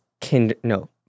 kind—no